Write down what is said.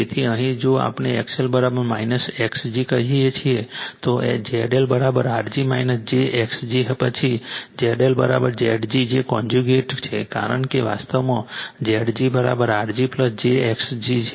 તેથી અહીં જો આપણે XL Xg કહીએ છીએ તો ZLR g j X g પછી ZLZg કોન્ઝયુગેટ છે કારણ કે વાસ્તવમાં Zg R g j X g છે